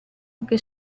anche